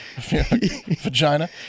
Vagina